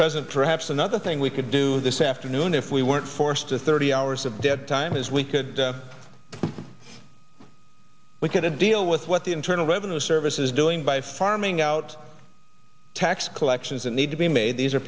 president perhaps another thing we could do this afternoon if we weren't forced to thirty hours of dead time as we could we could deal with what the internal revenue service is doing by farming out tax collections and need to be made these are